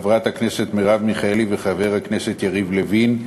חברת הכנסת מרב מיכאלי וחבר הכנסת יריב לוין,